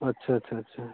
अच्छा अच्छा अच्छा